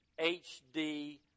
HD